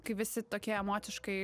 kai visi tokie emociškai